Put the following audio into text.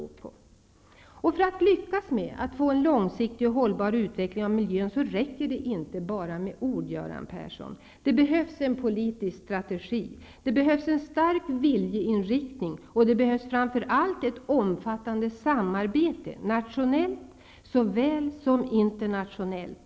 För att lyckas med att få en långsiktig och hållbar utveckling av miljön räcker det inte bara med ord, Göran Persson. Det behövs en politisk strategi. Det behövs en stark viljeinriktning, och det behövs framför allt ett omfattande samarbete, nationellt såväl som internationellt.